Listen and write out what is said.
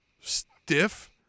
stiff